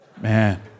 Man